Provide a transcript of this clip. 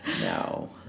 No